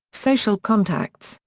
social contacts,